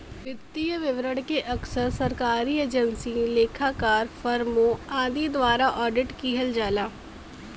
वित्तीय विवरण के अक्सर सरकारी एजेंसी, लेखाकार, फर्मों आदि द्वारा ऑडिट किहल जाला